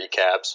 recaps